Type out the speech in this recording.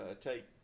take